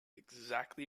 exactly